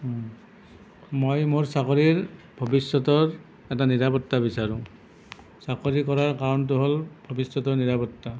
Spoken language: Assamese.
মই মোৰ চাকৰিৰ ভৱিষ্যতৰ এটা নিৰাপত্তা বিচাৰোঁ চাকৰি কৰাৰ কাৰণটো হ'ল ভৱিষ্যতৰ নিৰাপত্তা